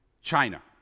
China